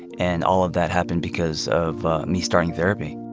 and all of that happened because of me starting therapy